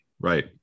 Right